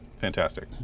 Fantastic